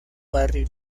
barril